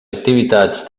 activitats